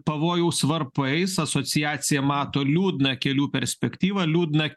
pavojaus varpais asociacija mato liūdną kelių perspektyvą liūdną